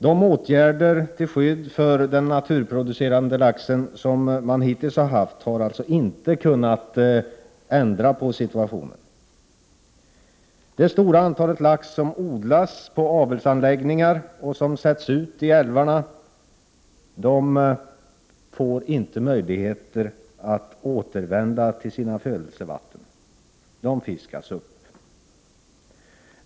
De åtgärder som hittills har vidtagits till skydd för naturreproducerande lax har inte kunnat ändra på situationen. Den stora mängd lax som odlas på avelsanläggningar och sedan sätts ut i älvarna får inte möjlighet att återvända till sina födelsevatten; laxen fiskas upp.